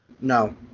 no